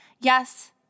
Yes